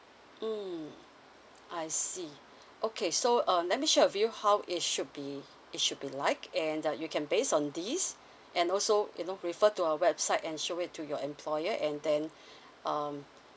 mm I see okay so uh let me share with you how it should be it should be like and uh you can based on this and also you know refer to our website and show it to your employer and then um